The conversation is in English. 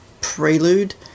prelude